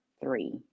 three